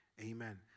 amen